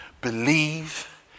Believe